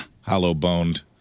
Hollow-boned